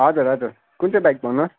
हजुर हजुर कुन चाहिँ बाइक भन्नु होस्